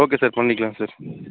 okay sir பண்ணிக்கலாம் sir